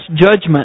judgment